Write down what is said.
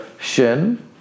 shin